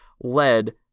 led